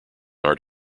art